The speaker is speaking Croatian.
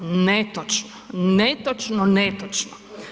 Netočno, netočno, netočno.